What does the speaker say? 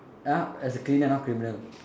uh as a cleaner not criminal